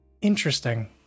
interesting